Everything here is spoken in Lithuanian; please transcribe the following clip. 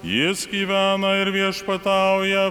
jis gyvena ir viešpatauja